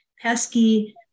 pesky